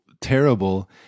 terrible